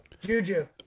Juju